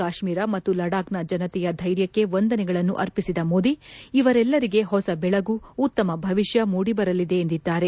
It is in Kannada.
ಕಾಶ್ಮೀರ ಮತ್ತು ಲಡಾಖ್ನ ಜನತೆಯ ಧೈರ್ಯಕ್ಕೆ ವಂದನೆಗಳನ್ನು ಅರ್ಪಿಸಿದ ಮೋದಿ ಇವರೆಲ್ಲರಿಗೆ ಹೊಸ ಬೆಳಗು ಉತ್ತಮ ಭವಿಷ್ಣ ಮೂಡಿ ಬರಲಿದೆ ಎಂದಿದ್ದಾರೆ